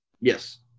Yes